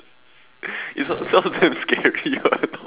it sounds it sounds damn scary [what] no